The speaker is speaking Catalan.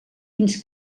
fins